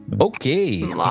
Okay